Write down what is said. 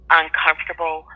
uncomfortable